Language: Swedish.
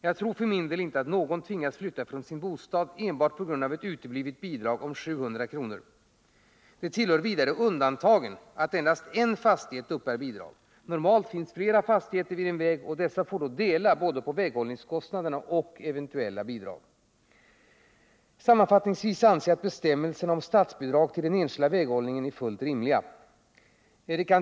Jag tror för min del inte att någon tvingas flytta från sin bostad enbart på grund av ett uteblivet bidrag om 700 kr. Det tillhör vidare undantagen att endast en fastighet uppbär bidrag. Normalt finns flera fastigheter vid en väg, och dessa får då dela på både väghållningskostnaderna och eventuella bidrag. Sammanfattningsvis anser jag att bestämmelserna om statsbidrag till den enskilda väghållningen är fullt rimliga.